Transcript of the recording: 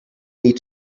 need